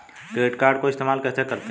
Credit card को इस्तेमाल कैसे करते हैं?